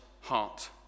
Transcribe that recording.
heart